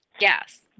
yes